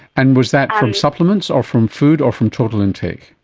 and was that from supplements or from food or from total intake?